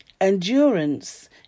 Endurance